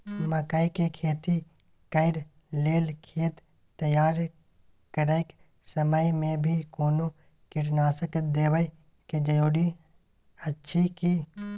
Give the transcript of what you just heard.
मकई के खेती कैर लेल खेत तैयार करैक समय मे भी कोनो कीटनासक देबै के जरूरी अछि की?